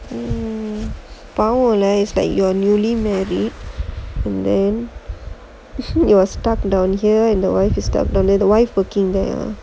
mmhmm பாவம்:paavam leh is like you are newly married and then he was stuck down here the wife working